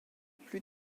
plus